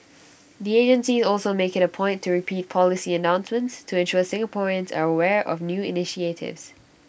the agencies also make IT A point to repeat policy announcements to ensure Singaporeans are aware of new initiatives